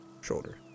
shoulder